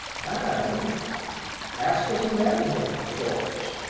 and ask her to marry him, george?